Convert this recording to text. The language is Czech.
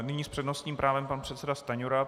Nyní s přednostním právem pan předseda Stanjura.